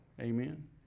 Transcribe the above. Amen